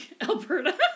Alberta